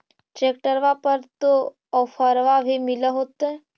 ट्रैक्टरबा पर तो ओफ्फरबा भी मिल होतै?